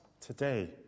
today